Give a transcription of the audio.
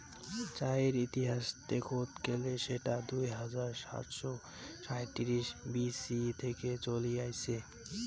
চায়ের ইতিহাস দেখত গেলে সেটা দুই হাজার সাতশ সাঁইত্রিশ বি.সি থেকে চলি আসছে